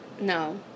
No